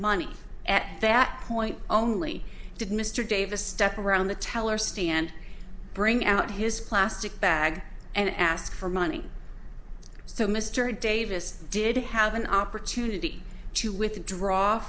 money at that point only did mr davis step around the teller stand bring out his plastic bag and ask for money so mr davis did have an opportunity to withdraw